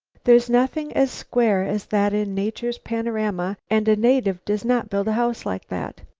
there's nothing as square as that in nature's panorama. and a native does not build a house like that.